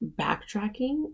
backtracking